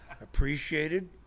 appreciated